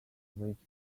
which